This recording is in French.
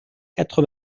quatre